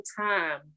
time